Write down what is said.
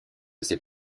ses